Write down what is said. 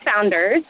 founders